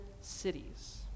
cities